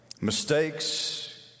Mistakes